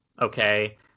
Okay